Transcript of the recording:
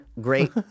great